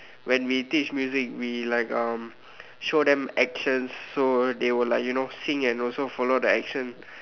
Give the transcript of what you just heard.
when we teach music we like um show them actions so that they will like you know sing and also follow the action